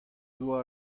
doa